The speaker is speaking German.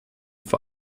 vor